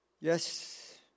Yes